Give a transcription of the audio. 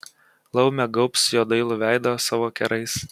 laumė gaubs jo dailų veidą savo kerais